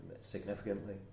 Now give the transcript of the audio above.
significantly